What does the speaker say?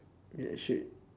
yeah shit